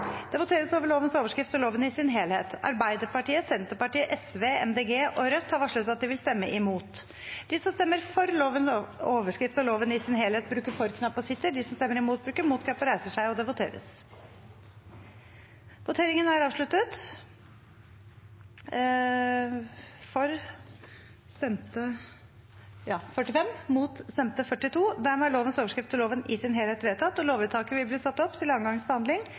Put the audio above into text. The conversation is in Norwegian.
Det voteres over lovens overskrift og loven i sin helhet. Arbeiderpartiet, Senterpartiet, Sosialistisk Venstreparti, Miljøpartiet De Grønne og Rødt har varslet at de vil stemme imot. Lovvedtaket vil bli satt opp til andre gangs behandling